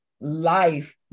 life